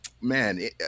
man